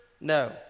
no